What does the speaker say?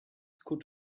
could